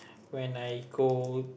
when I go